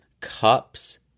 cups